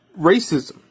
racism